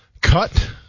cut